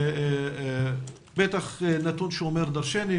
וזה נתון שאומר דרשני.